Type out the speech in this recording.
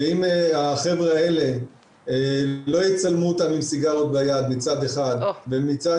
שאם החבר'ה האלה לא יצלמו אותם עם סיגריות ביד מצד אחד ומצד